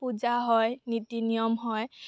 পূজা হয় নীতি নিয়ম হয়